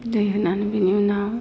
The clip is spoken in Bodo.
दै होनानै बिनि उनाव